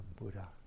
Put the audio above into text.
Buddha